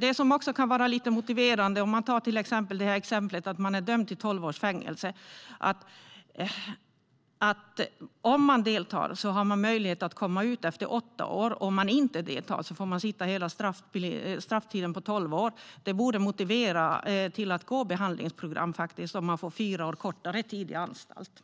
Något som också kan vara lite motiverande, om man till exempel är dömd till tolv års fängelse, är att om man deltar har man möjlighet att komma ut efter åtta år. Om man inte deltar får man sitta hela strafftiden på tolv år. Det borde motivera till att gå behandlingsprogram om man får fyra år kortare tid på anstalt.